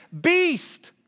beast